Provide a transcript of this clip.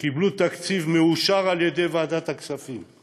שקיבלו תקציב מאושר על-ידי ועדת הכספים,